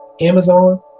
Amazon